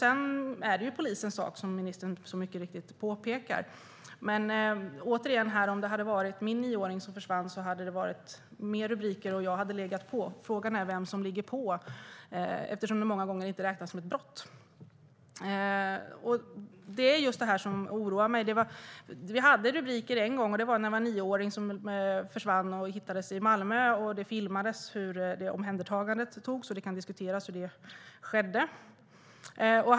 Sedan är det polisens sak, som ministern mycket riktigt påpekar. Om det hade varit min nioåring som hade försvunnit hade det varit mer rubriker och jag hade legat på. Frågan är vem som ligger på eftersom dessa försvinnanden många gånger inte räknas som ett brott. Det är detta som oroar mig. Det var rubriker en gång när en nioåring försvann och hittades i Malmö. Omhändertagandet filmades, och det kan diskuteras hur det gick till.